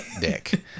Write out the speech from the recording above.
dick